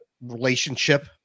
relationship